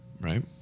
Right